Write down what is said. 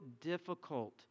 difficult